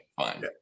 Fine